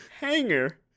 Hanger